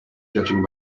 judging